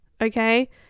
Okay